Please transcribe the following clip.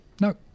No